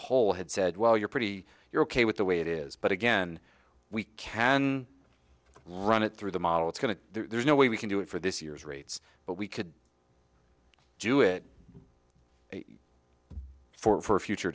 whole had said well you're pretty you're ok with the way it is but again we can run it through the model it's going to there's no way we can do it for this year's rates but we could do it for f